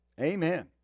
Amen